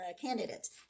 candidates